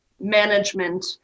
management